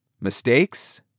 mistakes